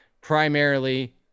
primarily